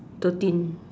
thirteen